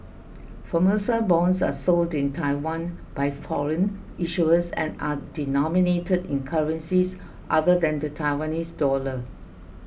Formosa bonds are sold in Taiwan by foreign issuers and are denominated in currencies other than the Taiwanese dollar